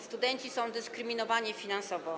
Studenci są dyskryminowani finansowo.